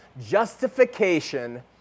Justification